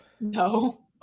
No